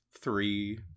three